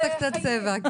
פתחון לב.